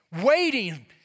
waiting